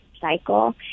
cycle